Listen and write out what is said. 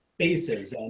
basics. and